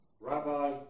Rabbi